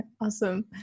Awesome